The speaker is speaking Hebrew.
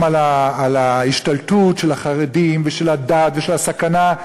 על ההשתלטות של החרדים ושל הדת ושל הסכנה,